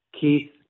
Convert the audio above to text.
Keith